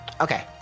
Okay